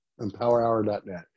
EmpowerHour.net